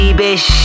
bitch